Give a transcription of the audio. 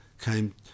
came